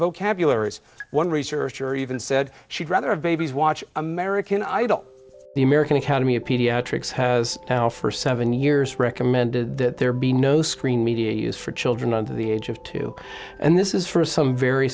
vocabularies one researcher even said she'd rather have babies watch american idol the american academy of pediatrics has now for seven years recommended that there be no screen media use for children under the age of two and this is for some very